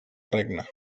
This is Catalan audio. regne